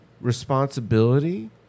responsibility